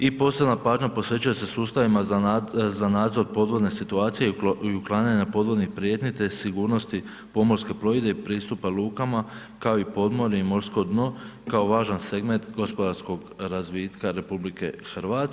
I posebna pažnja posvećuje se sustavima za nadzor podvodne situacije i uklanjanja podvodnih prijetnji te sigurnosti pomorske plovidbe i pristupa luka kao i podmorje i morsko dno kao važan segment gospodarskog razvitka RH.